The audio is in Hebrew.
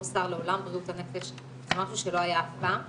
שר לעולם בריאות הנפש זה משהו שלא היה אף פעם,